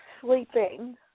sleeping